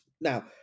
Now